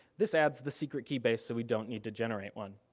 this adds the secret key base so we don't need to generate one.